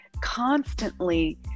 constantly